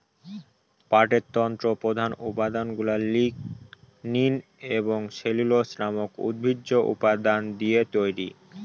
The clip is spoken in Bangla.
পাটের তন্তুর প্রধান উপাদানগুলা লিগনিন এবং সেলুলোজ নামক উদ্ভিজ্জ উপাদান দিয়ে তৈরি